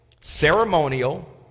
ceremonial